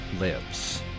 lives